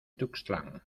tuxtlan